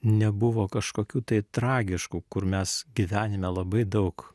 nebuvo kažkokių tai tragiškų kur mes gyvenime labai daug